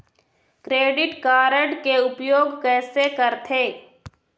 Credit card के उपयोग कैसे करथे?